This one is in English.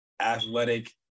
athletic